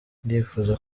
ndifuza